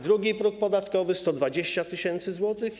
Drugi próg podatkowy - 120 tys. zł.